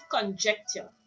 conjecture